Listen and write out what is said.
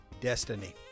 destiny